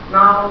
Now